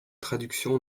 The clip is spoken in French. traduction